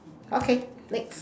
okay next